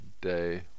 day